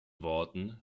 worten